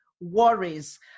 worries